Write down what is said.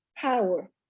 Power